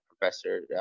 professor